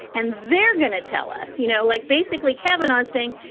and they're going to tell us, you know, like basically kavanagh's saying,